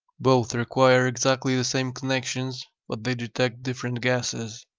both require exactly the same connections, but they detect different gases.